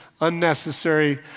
unnecessary